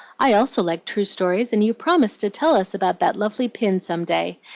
i also like true stories, and you promised to tell us about that lovely pin some day.